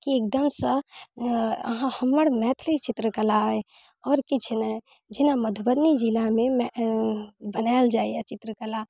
की एकदमसँ अहाँ हमर मैथिली चित्रकला अइ आओर किछु नहि जेना मधुबनी जिलामे बनायल जाइए चित्रकला